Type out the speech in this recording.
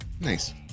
Nice